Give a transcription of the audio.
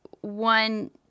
one